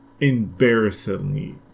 embarrassingly